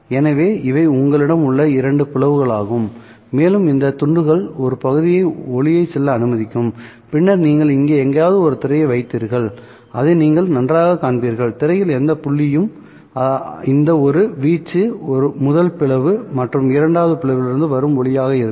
எனவே இவை உங்களிடம் உள்ள இரண்டு பிளவுகளாகும் மேலும் இந்த துண்டுகள் பகுதி ஒளியை செல்ல அனுமதிக்கும் பின்னர் நீங்கள் இங்கே எங்காவது ஒரு திரையை வைத்தீர்கள் அதை நீங்கள் நன்றாகக் காண்பீர்கள்திரையில் எந்த புள்ளியும் இந்த ஒரு வீச்சு முதல் பிளவு மற்றும் இரண்டாவது பிளவிலிருந்து வரும் ஒளியாக இருக்கும்